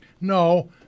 no